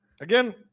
Again